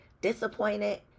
disappointed